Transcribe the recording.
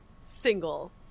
single